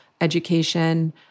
education